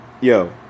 Yo